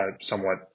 somewhat